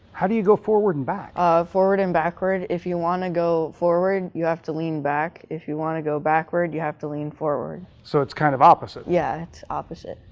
how do you go forward and back? forward and backward, if you wanna go forward, you have to lean back, if you wanna go backward, you have to lean forward. so, it's kind of opposite. yeah, it's opposite.